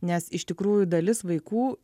nes iš tikrųjų dalis vaikų